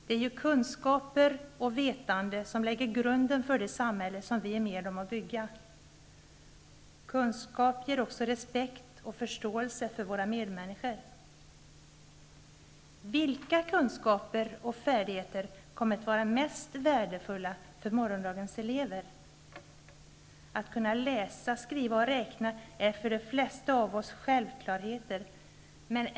Det är ju kunskaper och vetande som lägger grunden för det samhälle som vi är med om att bygga. Kunskap ger också respekt och förståelse för våra medmänniskor. Vilka kunskaper och färdigheter kommer att vara mest värdefulla för morgondagens elever? Att kunna läsa, skriva och räkna är för de flesta av oss självklarheter.